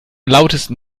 lautesten